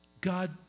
God